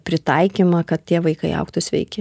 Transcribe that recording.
pritaikymą kad tie vaikai augtų sveiki